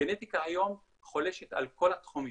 גנטיקה היום חולשת על כל התחומים,